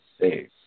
safe